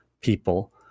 people